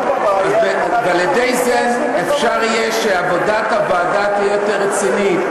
ועל-ידי זה אפשר יהיה שעבודת הוועדות תהיה יותר רצינית,